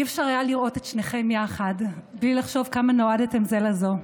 לא היה אפשר לראות את שניכם יחד בלי לחשוב כמה נועדתם זה לזו.